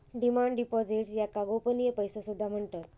demand deposits याका गोपनीय पैसो सुद्धा म्हणतत